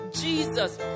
jesus